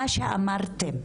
מה שאמרתן,